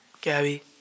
Gabby